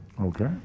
Okay